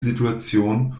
situation